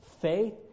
faith